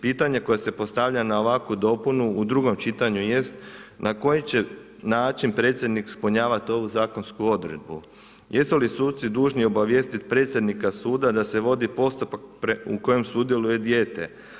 Pitanje koje se postavlja na ovakvu dopunu u drugom čitanju jest, na koji će način predsjednik ispunjavati ovu zakonsku odredbu, jesu li suci dužni obavijestiti predsjednika suda da se vodi postupak u kojem sudjeluje dijete.